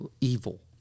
evil